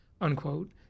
unquote